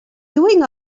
doing